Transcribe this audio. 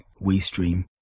WeStream